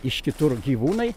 iš kitur gyvūnai